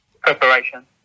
Preparation